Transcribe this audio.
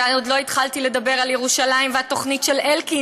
עוד לא התחלתי לדבר על ירושלים ועל התוכנית של אלקין